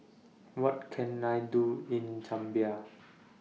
What Can I Do in Zambia